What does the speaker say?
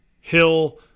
Hill